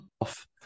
off